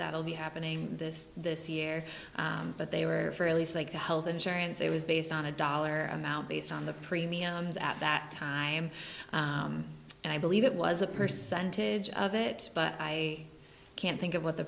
that will be happening this this year but they were for at least they got health insurance it was based on a dollar amount based on the premiums at that time and i believe it was a percentage of it but i can't think of what the